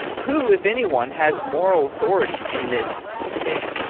who, if anyone, has moral authority in this debate?